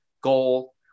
goal